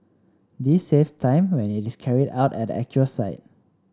this saves time when it is carried out at the actual site